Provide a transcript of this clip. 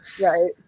Right